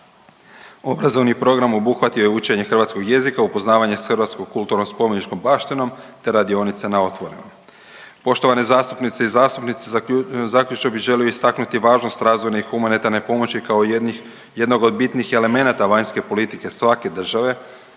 Obrazovni program obuhvatio je učenje hrvatskog jezika, upoznavanje s hrvatskom kulturno-spomeničkom baštinom te radionice na otvorenom. Poštovane zastupnice i zastupnici zaključno bi želio istaknuti važnost razvojne i humanitarne pomoći kao jednih, jednog od bitnih elemenata vanjske politike svake države